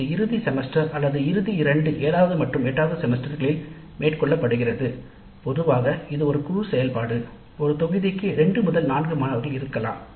இது இறுதி செமஸ்டர் அல்லது இறுதி இரண்டு 7 வது மற்றும் 8 வது செமஸ்டர்களில் மேற்கொள்ளப்படுகிறது பொதுவாக இது ஒரு குழு செயல்பாடு ஒரு தொகுதிக்கு 2 முதல் 4 மாணவர்கள் இருக்கலாம்